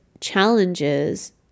challenges